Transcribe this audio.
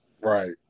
right